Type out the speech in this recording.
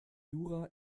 jura